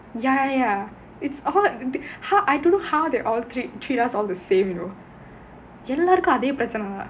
ya ya it's hot and how I don't know how they all treat treat us all the same you know எல்லார்க்கும் அதே பிரச்சனை தான்:ellarkkum athae pirachanai thaan